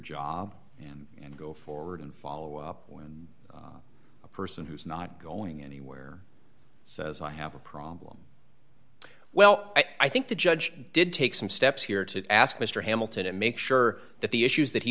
job and go forward and follow up when a person who's not going anywhere so as i have a problem well i think the judge did take some steps here to ask mr hamilton to make sure that the issues that he